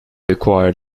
required